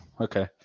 okay